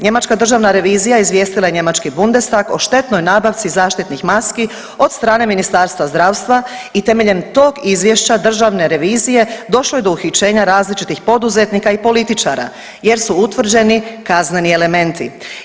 Njemačka državna revizija izvijestila je njemački Bundestag o štetnoj nabavci zaštitnih maski od strane Ministarstva zdravstva i temeljem tog izvješća Državne revizije došlo je do uhićenja različitih poduzetnika i političara jer su utvrđeni kazneni elementi.